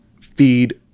feed